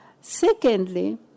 Secondly